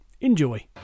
Enjoy